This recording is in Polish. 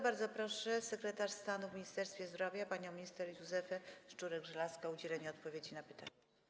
Bardzo proszę sekretarz stanu w Ministerstwie Zdrowia panią minister Józefę Szczurek-Żelazko o udzielenie odpowiedzi na pytania.